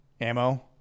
ammo